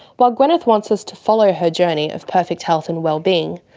while gwyneth wants us to follow her journey of perfect health and wellbeing,